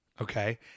Okay